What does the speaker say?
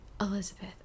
Elizabeth